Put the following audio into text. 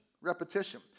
repetition